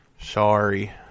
Sorry